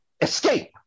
escape